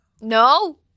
No